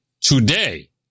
Today